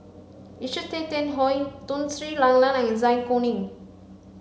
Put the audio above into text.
Richard Tay Tian Hoe Tun Sri Lanang and Zai Kuning